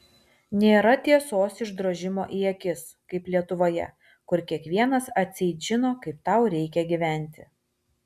nėra tiesos išdrožimo į akis kaip lietuvoje kur kiekvienas atseit žino kaip tau reikia gyventi